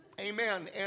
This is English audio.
Amen